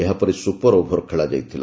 ଏହାପରେ super over ଖେଳାଯାଇଥିଲା